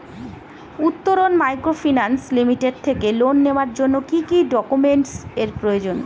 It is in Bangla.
উত্তরন মাইক্রোফিন্যান্স লিমিটেড থেকে লোন নেওয়ার জন্য কি কি ডকুমেন্টস এর প্রয়োজন?